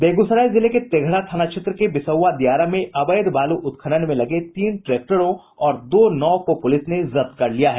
बेगूसराय जिले के तेघड़ा थाना क्षेत्र के बिसौआ दियारा में अवैध बालू उत्खनन में लगे तीन ट्रैक्टरों और दो नाव को पुलिस ने जब्त कर लिया है